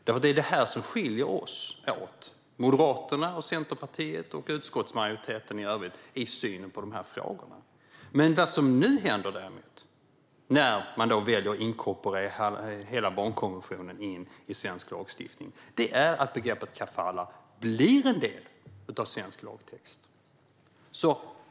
Det är nämligen detta som skiljer Moderaterna och Centerpartiet från utskottsmajoriteten i synen på dessa frågor. Det som däremot händer när man nu väljer att inkorporera hela barnkonventionen i svensk lagstiftning är att begreppet kafalah blir en del av svensk lagtext.